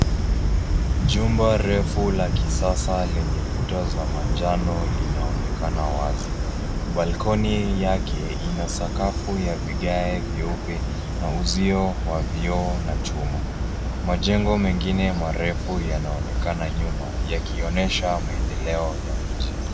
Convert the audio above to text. Jumba refu la kisasa lenye kuta za manjano linaonekana wazi. Balcony yake ina sakafu ya vigae vyeupe na uzio wa vioo na chuma. Majengo mengine marefu yanaonekana nyuma, yakionyesha maendeleo ya miji.